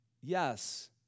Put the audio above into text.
Yes